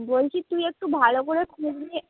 বলছি তুই একটু ভালো করে খোঁজ নিয়ে